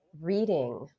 reading